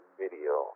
video